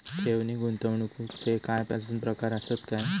ठेव नी गुंतवणूकचे काय आजुन प्रकार आसत काय?